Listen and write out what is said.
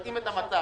מתאים את המצב.